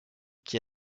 qui